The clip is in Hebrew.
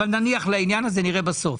אבל נניח לעניין הזה, נראה בסוף.